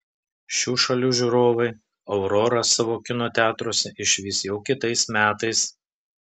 šių šalių žiūrovai aurorą savo kino teatruose išvys jau kitais metais